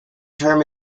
term